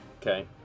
Okay